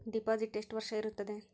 Deposit ಎಷ್ಟು ವರ್ಷ ಇರುತ್ತದೆ?